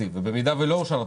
ובמידה ולא אושר התקציב,